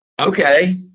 okay